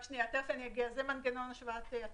תכף אגיע לזה, זה מנגנון השוואת הצעות.